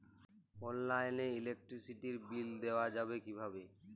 অনলাইনে ইলেকট্রিসিটির বিল দেওয়া যাবে কিভাবে?